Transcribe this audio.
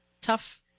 tough